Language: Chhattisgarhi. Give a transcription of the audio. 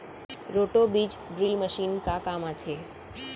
रोटो बीज ड्रिल मशीन का काम आथे?